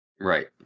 Right